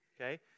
Okay